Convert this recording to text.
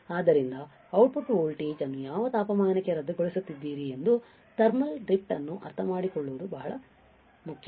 ಆದ್ದರಿಂದ output voltage ಅನ್ನು ಯಾವ ತಾಪಮಾನಕ್ಕೆ ರದ್ದುಗೊಳಿಸುತ್ತಿದ್ದೀರಿ ಎಂದು ಥರ್ಮಲ್ ಡ್ರಿಫ್ಟ್ ಅನ್ನು ಅರ್ಥಮಾಡಿಕೊಳ್ಳುವುದು ಇದು ಬಹಳ ಮುಖ್ಯ